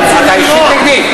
אנחנו רוצים, אתה אישית נגדי?